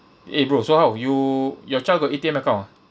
eh bro so how you your child got A_T_M account ah